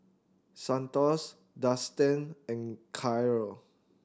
Santos Dustan and Karyl